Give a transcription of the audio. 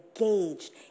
engaged